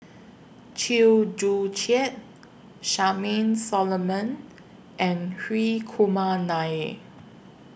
Chew Joo Chiat Charmaine Solomon and Hri Kumar Nair